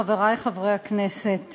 חברי חברי הכנסת,